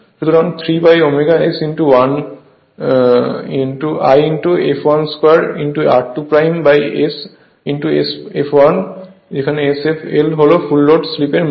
সুতরাং 3ω S I fl 2 r2S Sfl Sfl হল full load slip এর মান